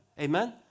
amen